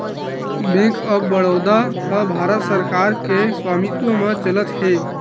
bank of Baroda ह भारत सरकार के स्वामित्व म चलत हे